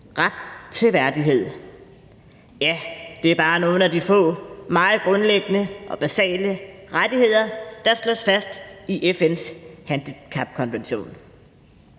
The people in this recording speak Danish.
ret til værdighed – ja, det er bare nogle af de få meget grundlæggende og basale rettigheder, der er slået fast i FN's handicapkonvention.